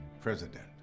president